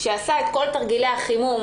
שעשה את כל תרגילי החימום,